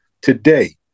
Today